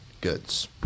goods